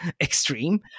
extreme